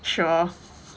sure